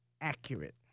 accurate